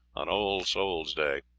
on all-souls-day,